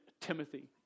Timothy